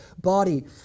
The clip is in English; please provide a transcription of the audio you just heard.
body